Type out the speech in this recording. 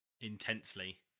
intensely